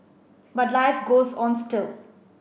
but life goes on still